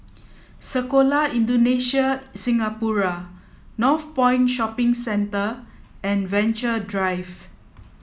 Sekolah Indonesia Singapura Northpoint Shopping Centre and Venture Drive